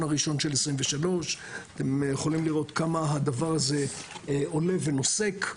הראשון של 2023. אתם יכולים לראות כמה הדבר הזה עולה ונוסק.